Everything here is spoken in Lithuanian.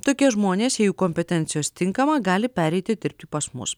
tokie žmonės jei jų kompetencijos tinkama gali pereiti dirbti pas mus